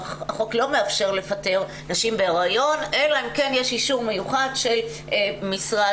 החוק לא מאפשר לפטר נשים בהיריון אלא אם כן יש אישור מיוחד של משרד